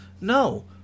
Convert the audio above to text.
No